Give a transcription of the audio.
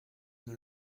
nos